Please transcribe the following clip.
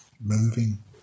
moving